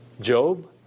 Job